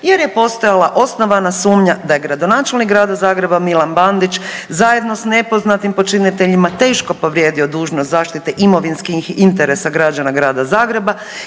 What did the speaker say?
jer je postojala osnovana sumnja da je gradonačelnik Grada Zagreba Milan Bandić zajedno sa nepoznatim počiniteljima teško povrijedio dužnost zaštite imovinskih interesa građana Grada Zagreba